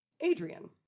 Adrian